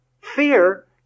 Fear